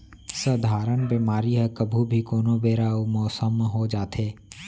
सधारन बेमारी ह कभू भी, कोनो बेरा अउ मौसम म हो जाथे